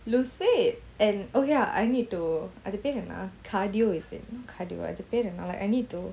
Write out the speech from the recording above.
lose weight and oh ya I need அதுக்குபெருஎன்ன:adhuku peru enna cardio is it cardio அதுக்குபெருஎன்ன:adhuku peru enna I need to